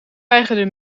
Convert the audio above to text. weigerde